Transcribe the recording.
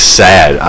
sad